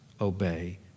obey